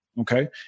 Okay